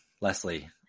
Leslie